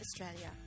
Australia